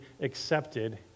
accepted